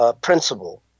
Principle